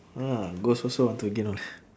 ah ghost also want to gain knowl~